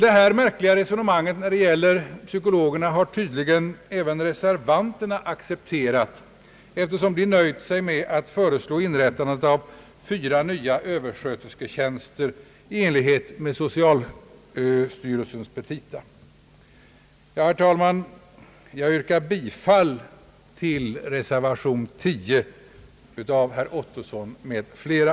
Detta märkliga resonemang när det gäller psykologerna har tydligen även reservanterna accepterat, eftersom de har nöjt sig med att föreslå inrättandet av fyra nya Överskötersketjänster i enlighet med socialstyrelsens petita. Jag yrkar, herr talman, bifall till reservationen av herr Ottosson m.fl.